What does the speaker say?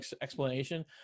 explanation